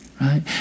right